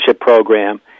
program